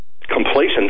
complacent